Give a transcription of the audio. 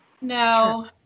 no